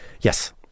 Yes